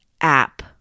app